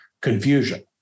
confusion